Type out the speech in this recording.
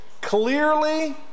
clearly